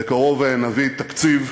בקרוב נביא תקציב,